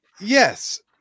yes